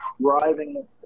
driving